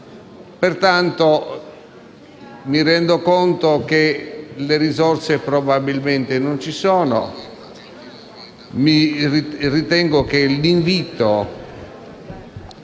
altre. Mi rendo conto che le risorse probabilmente non ci sono. Ritengo che l'invito